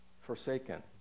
forsaken